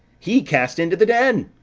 he cast into the den,